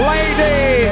Lady